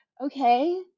Okay